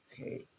Okay